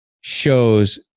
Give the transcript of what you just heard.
shows